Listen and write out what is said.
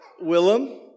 Willem